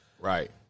Right